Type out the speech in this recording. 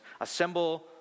assemble